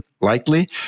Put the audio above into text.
likely